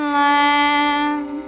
land